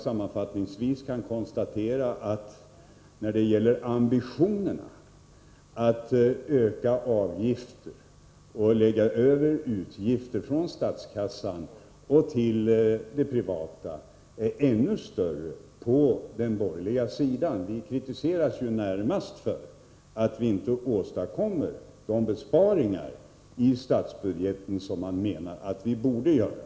Sammanfattningsvis kan jag konstatera att ambitionerna att öka avgifter och föra över utgifter från statskassan till det privata området är ännu större på den borgerliga sidan. Vi kritiseras ju närmast för att vi inte åstadkommer de besparingar i statsbudgeten som man menar att vi borde göra.